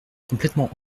complètement